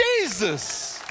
Jesus